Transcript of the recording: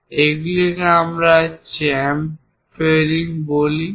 আমরা এগুলোকে চ্যামফেরিং বলি